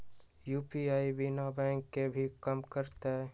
UPI बिना bank के भी कम करतै?